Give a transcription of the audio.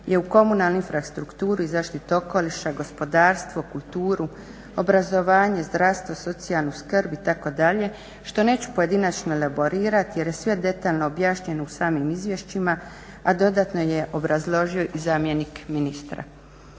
je u komunalnu infrastrukturu i zaštitu okoliša, gospodarstvo, kulturu, obrazovanje, zdravstvo, socijalnu skrb itd. što neću pojedinačno elaborirati jer je sve detaljno objašnjeno u samim izvješćima a dodatno je obrazložio i zamjenik ministra.